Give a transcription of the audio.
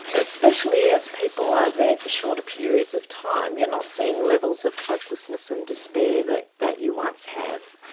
especially as people are there for shorter periods of time, you're not seeing levels of hopelessness and despair that that you once have.